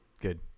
Good